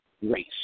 race